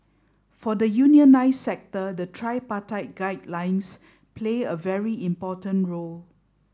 for the unionised sector the tripartite guidelines play a very important role